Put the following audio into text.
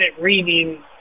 reading